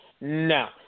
No